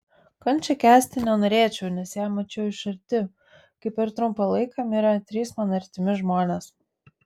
kančią kęsti nenorėčiau nes ją mačiau iš arti kai per trumpą laiką mirė trys man artimi žmonės